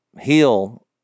heal